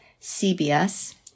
CBS